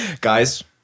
Guys